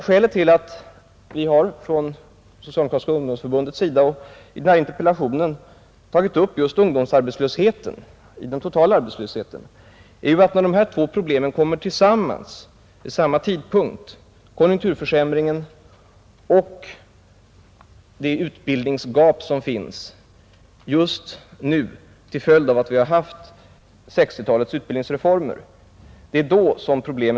Skälet till att just ungdomsarbetslösheten tagits upp av Socialdemokratiska ungdomsförbundet och av mig i den här interpellationen är ju att problemen blir verkligt svåra när det sker en konjunkturförsämring och det samtidigt finns ett utbildningsgap av det slag vi nu har till följd av 1960-talets utbildningsreformer.